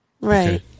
Right